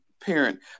parent